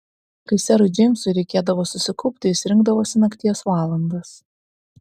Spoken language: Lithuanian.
kai serui džeimsui reikėdavo susikaupti jis rinkdavosi nakties valandas